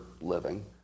living